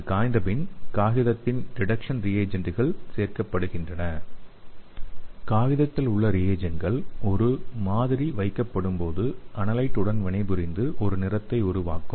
அது காய்ந்தபின் காகிதத்தில் டிடக்சன் ரியேஜண்ட்கள் சேர்க்கப்படுகின்றன ஸ்லைடு நேரத்தைப் பார்க்கவும் 0742 காகிதத்தில் உள்ள ரியேஜண்ட்கள் ஒரு மாதிரி வைக்கப்படும் போது அனலைட் உடன் வினைபுரிந்து ஒரு நிறத்தை உருவாக்கும்